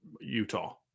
Utah